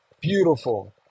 Beautiful